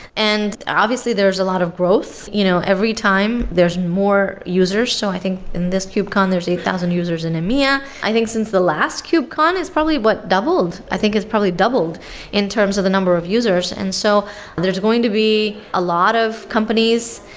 and obviously, there's a lot of growth you know every time there's more users. so i think in this kubecon, there's a thousand users. i think since the last kubecon is probably what doubled i think has probably doubled in terms of the number of users. and so there's going to be a lot of companies.